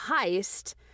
heist